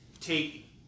take